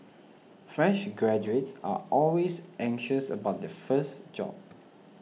fresh graduates are always anxious about their first job